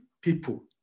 people